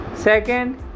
Second